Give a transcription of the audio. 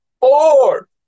four